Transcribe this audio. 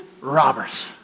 robbers